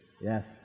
Yes